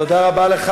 תודה רבה לך.